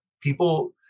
people